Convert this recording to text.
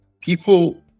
people